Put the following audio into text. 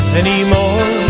anymore